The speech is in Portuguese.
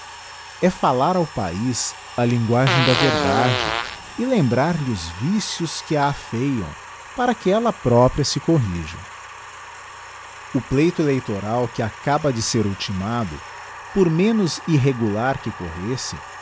e fallar ao paiz a linguagem da verdade e lembrar-lhe os vicios que a afeiam para que ella própria se corrija o pleito eleitoral que acaba de ser ultimado por menos irregular que corresse